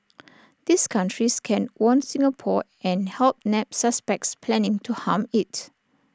these countries can warn Singapore and help nab suspects planning to harm IT